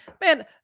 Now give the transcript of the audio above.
Man